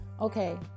Okay